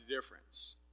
difference